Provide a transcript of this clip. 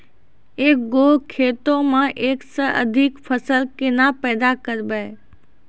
एक गो खेतो मे एक से अधिक फसल केना पैदा करबै?